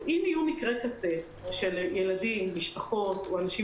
אם יהיו מקרי קצה של ילדים או משפחות או אנשים